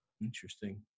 Interesting